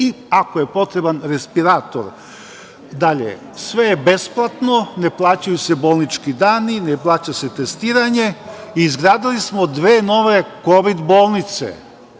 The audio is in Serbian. i ako je potreban respirator. Dalje, sve je besplatno, ne plaćaju se bolnički dani, ne plaća se testiranje. Izgradili smo dve nove kovid bolnice